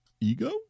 ego